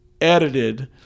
edited